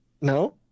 no